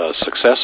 success